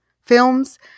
films